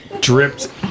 Dripped